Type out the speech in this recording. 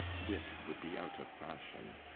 wit would be out of fashion.